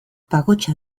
pagotxa